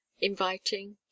inviting